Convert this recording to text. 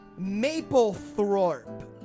Maplethorpe